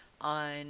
on